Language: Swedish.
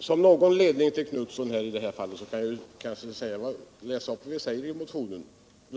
Herr talman! Som någon ledning för Göthe Knutson kan jag citera motionen.